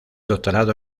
doctorado